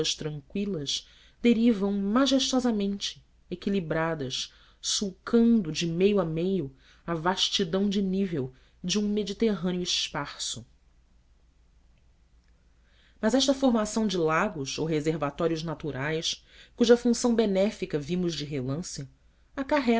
tranqüilas derivam majestosamente equilibradas sulcando de meio a meio a vastidão de nível de um mediterrâneo esparso mas esta formação de lagos ou reservatórios naturais cuja função benéfica vimos de relance